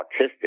autistic